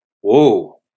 Whoa